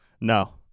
No